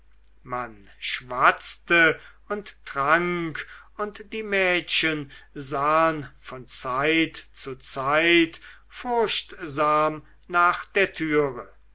man schwatzte und trank und die mädchen sahen von zeit zu zeit furchtsam nach der türe